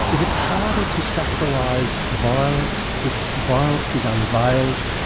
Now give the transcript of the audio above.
if it's harder to sacrilise violence, if violence is unveiled,